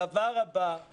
הדבר הבא הוא